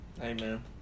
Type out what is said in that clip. Amen